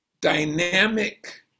dynamic